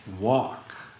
walk